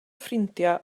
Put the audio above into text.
ffrindiau